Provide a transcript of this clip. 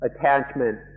attachment